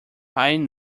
hiring